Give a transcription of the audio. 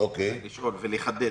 לשאול ולחדד.